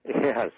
Yes